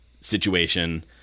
situation